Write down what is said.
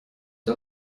der